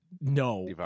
No